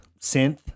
synth